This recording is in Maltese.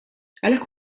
għalhekk